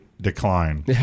decline